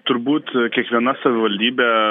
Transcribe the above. turbūt kiekviena savivaldybė